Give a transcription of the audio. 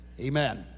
Amen